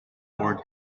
board